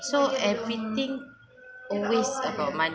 so everything always about money